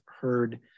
heard